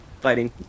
fighting